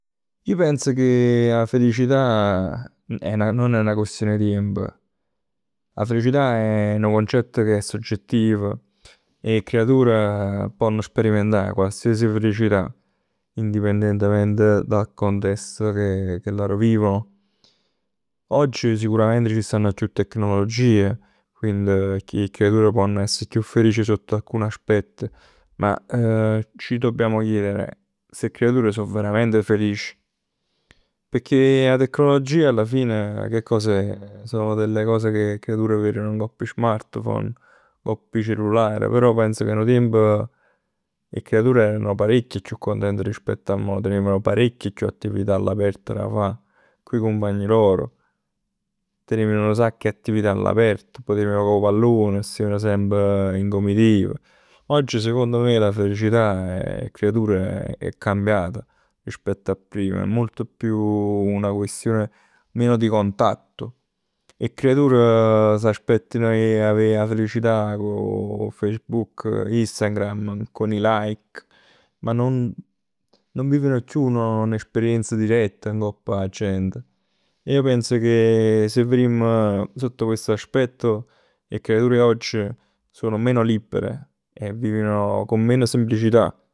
Ij pens che 'a felicità nun è 'na questione 'e tiemp. 'A felicità è nu concett ca è soggettiv. 'E creatur ponn sperimentà qualsiasi felicità. Indipendentemente dal contesto che loro vivono. Oggi sicuramente stann chiù tecnologie. Quindi 'e creatur ponn essere chiù felici sott alcuni aspett, ma ci dobbiamo chiedere, ste creatur so verament felici? Pecchè 'a tecnologia alla fine che cos'è? Sono delle cose che 'e creatur veren ngopp 'e smartphone, ngopp 'e cellular. Però pens che nu tiemp 'e creatur erano parecchj chiù cuntent rispetto a mo. Teneven parecchie chiù attività all'aperto da fa cu 'e cumpagn loro. Teneven nu sacc 'e attività all'aperto, teneven 'o pallon, steven semp in comitiva. Oggi secondo me la felicità 'e creature è cambiata rispetto a prima. È molto più una questione meno di contatto. 'E creatur si aspettan 'e avè 'a felicità cu Facebook, Instagram, con i like. Ma nun vivono chiù n'esperienza diretta ngopp 'a gent. Io penso che si verimm sott a questo aspetto, 'e creatur 'e oggi sono meno libere e vivono con meno semplicità.